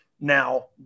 Now